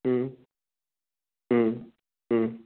उम उम उम